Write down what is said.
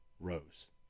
rose